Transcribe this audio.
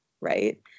right